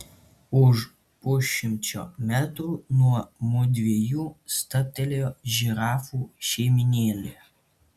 už pusšimčio metrų nuo mudviejų stabteli žirafų šeimynėlė